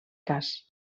cas